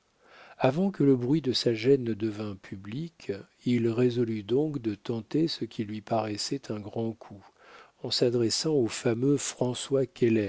avant que le bruit de sa gêne ne devînt public il résolut donc de tenter ce qui lui paraissait un grand coup en s'adressant au fameux françois